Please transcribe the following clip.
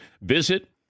visit